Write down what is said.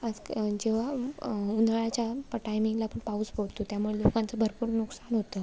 आज जेव्हा उन्हाळ्याच्या प टायमिंगला पण पाऊस पडतो त्यामुळे लोकांचं भरपूर नुकसान होतं